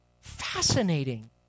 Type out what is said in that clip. Fascinating